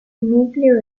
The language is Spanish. núcleo